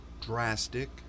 drastic